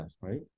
right